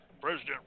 President